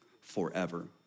forever